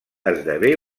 esdevé